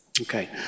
Okay